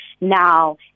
Now